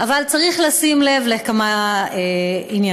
אבל צריך לשים לב לכמה עניינים.